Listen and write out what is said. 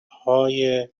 های